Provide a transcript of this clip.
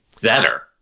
better